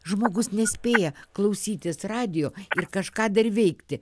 žmogus nespėja klausytis radijo ir kažką dar veikti